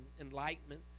enlightenment